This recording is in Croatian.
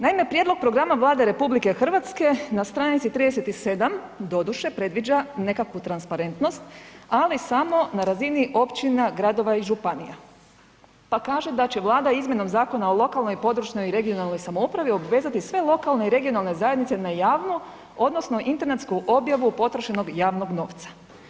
Naime, prijedlog programa Vlade RH na str. 37 doduše predviđa nekakvu transparentnost, ali samo na razini općina, gradova i županija, pa kaže da će vlada izmjenom Zakona o lokalnoj i područnoj i regionalnoj samoupravi obvezati sve lokalne i regionalne zajednice na javno odnosno internetsku objavu potrošenog javnog novca.